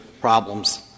problems